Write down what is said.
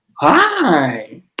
Hi